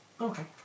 Okay